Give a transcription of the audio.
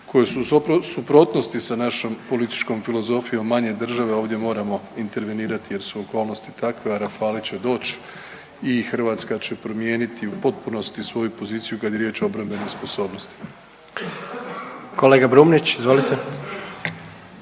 koje su suprotnosti sa našom političkom filozofijom manje države. Ovdje moramo intervenirati jer su okolnosti takve, a rafali će doći i Hrvatska će promijeniti u potpunosti svoju poziciju kada je riječ o obrambenoj sposobnosti. **Jandroković, Gordan